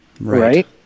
right